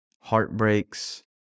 heartbreaks